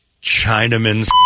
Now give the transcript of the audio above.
Chinaman's